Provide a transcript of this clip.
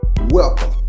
Welcome